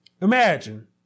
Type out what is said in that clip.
Imagine